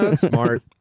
smart